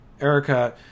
erica